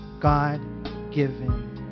God-given